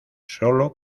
solo